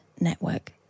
network